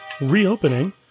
reopening